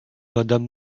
madame